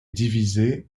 divisée